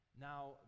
Now